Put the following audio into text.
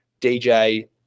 DJ